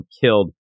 killed